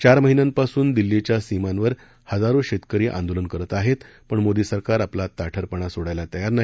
चार महिन्यांपासून दिल्लीच्या सीमांवर हजारो शेतकरी आंदोलन करत आहेत पण मोदी सरकार आपला ताठरपणा सोडायला तयार नाही